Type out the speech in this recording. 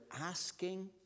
asking